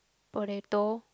potato